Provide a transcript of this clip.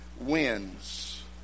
wins